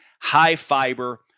high-fiber